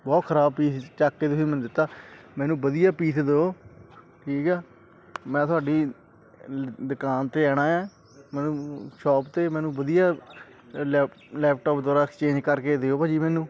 ਬਹੁਤ ਖਰਾਬ ਪੀਸ ਚੁੱਕ ਕੇ ਤੁਸੀਂ ਮੈਨੂੰ ਦਿੱਤਾ ਮੈਨੂੰ ਵਧੀਆ ਪੀਸ ਦਿਓ ਠੀਕ ਆ ਮੈਂ ਤੁਹਾਡੀ ਦੁਕਾਨ 'ਤੇ ਆਉਣਾ ਆ ਮੈਨੂੰ ਸ਼ੋਪ ਤੋਂ ਮੈਨੂੰ ਵਧੀਆ ਲੈਪ ਲੈਪਟੋਪ ਦੁਆਰਾ ਐਕਸਚੇਂਜ ਕਰਕੇ ਦਿਓ ਭਾਅ ਜੀ ਮੈਨੂੰ